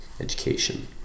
education